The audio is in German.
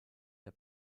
der